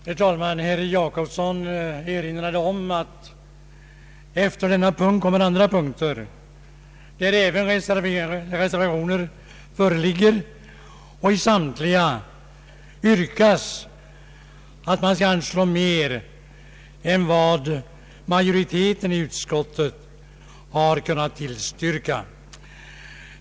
Herr talman! Herr Jacobsson erinrade om att efter denna punkt kommer andra punkter, där det också föreligger reservationer i vilka det yrkas att riksdagen skall anslå mer än vad majoriteten i utskottet har kunnat tillstyrka.